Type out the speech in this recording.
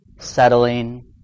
settling